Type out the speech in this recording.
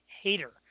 hater